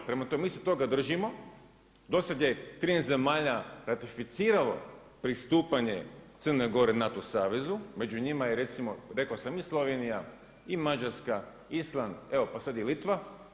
Prema tome, mi se toga držimo, dosad je 13 zemalja ratificiralo pristupanje Crne Gore NATO savezu, među njima je recimo rekao sam i Slovenija, i Mađarska, Island, evo pa sad i Litva.